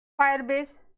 firebase